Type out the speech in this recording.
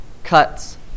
cuts